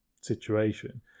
situation